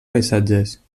paisatges